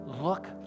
look